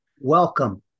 welcome